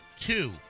Two